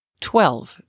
Twelve